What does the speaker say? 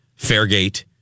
Fairgate